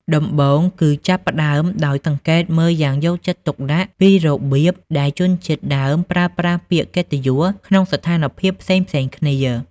ដំបូងគឺចាប់ផ្ដើមដោយសង្កេតមើលយ៉ាងយកចិត្តទុកដាក់ពីរបៀបដែលជនជាតិដើមប្រើប្រាស់ពាក្យកិត្តិយសក្នុងស្ថានភាពផ្សេងៗគ្នា។